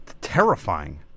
terrifying